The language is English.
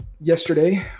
Yesterday